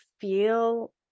feel